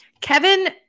Kevin